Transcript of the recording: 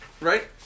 Right